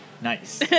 Nice